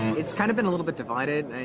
it's kind of been a little bit divided.